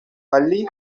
валли